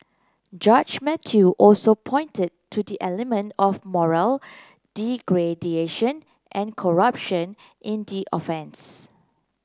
Judge Mathew also pointed to the element of moral degradation and corruption in the offence